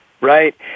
right